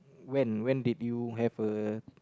when when did you have a